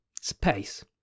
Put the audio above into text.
space